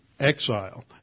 exile